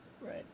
right